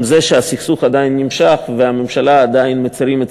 עם זה שהסכסוך עדיין נמשך ועדיין מצרים את